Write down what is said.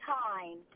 time